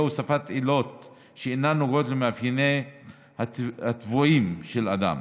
הוספת עילות שאינן נוגעות למאפיינים הטבועים באדם.